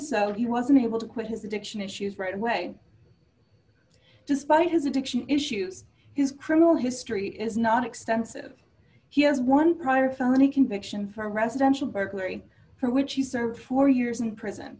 so he was unable to quit his addiction issues right away despite his addiction issues his criminal history is not extensive he has one prior felony conviction for residential burglary for which he served four years in prison